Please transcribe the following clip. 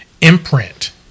imprint